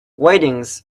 whitings